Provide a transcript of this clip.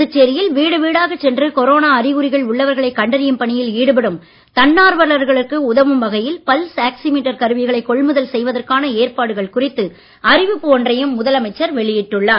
புதுச்சேரியில் வீடு வீடாகச் சென்று கொரோனா அறிகுறிகள் உள்ளவர்களை கண்டறியும் பணியில் ஈடுபடும் தன்னார்வலர்களுக்கு உதவும் வகையில் பல்ஸ் ஆக்சிமீட்டர் கருவிகளை கொள்முதல் செய்வதற்கான ஏற்பாடுகள் குறித்து அறிவிப்பு ஒன்றையும் முதலமைச்சர் வெளியிட்டுள்ளார்